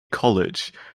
college